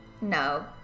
No